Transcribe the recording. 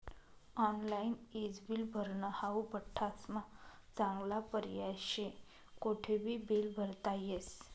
online ईज bill भरनं हाऊ बठ्ठास्मा चांगला पर्याय शे, कोठेबी बील भरता येस